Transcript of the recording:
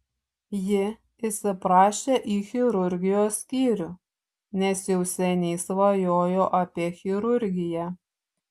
ji įsiprašė į chirurgijos skyrių nes jau seniai svajojo apie chirurgiją